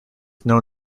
known